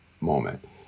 moment